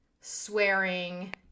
swearing